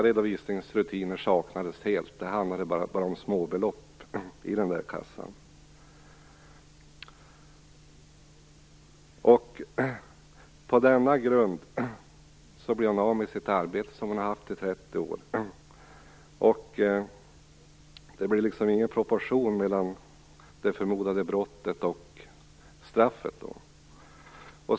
Redovisningsrutiner saknades helt. Det handlade bara om småbelopp i kassan. På denna grund blev kassörskan av med sitt arbete som hon har haft i 30 år. Det blev inte någon proportion mellan det förmodade brottet och straffet.